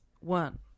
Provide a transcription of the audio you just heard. one